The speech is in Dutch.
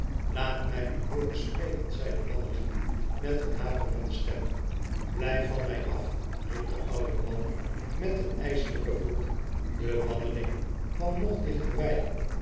laat mij u hooren spreken zei de banneling met een haperende stem blijf van mij af riep desoude man met een ijselijken vloek de banneling kwam nog dichter